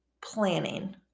planning